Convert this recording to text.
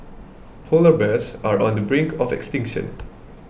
Polar Bears are on the brink of extinction